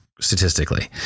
statistically